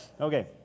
Okay